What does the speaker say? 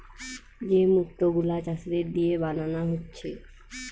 যে মুক্ত গুলা চাষীদের দিয়ে বানানা হচ্ছে